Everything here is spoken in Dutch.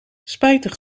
spijtig